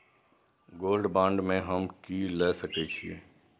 Gold bond में हम की ल सकै छियै?